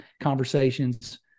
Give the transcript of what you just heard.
conversations